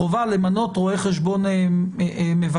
החובה למנות רואה חשבון מבקר,